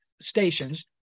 stations